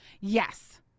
yes